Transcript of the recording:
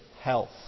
health